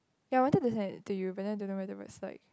ya I wanted to send it to you but then don't know whether was like